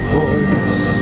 voice